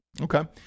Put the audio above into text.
okay